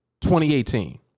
2018